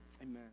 Amen